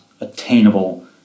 attainable